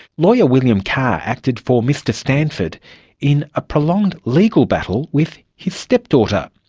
lawyer william carr acted for mr stanford in a prolonged legal battle with his stepdaughter.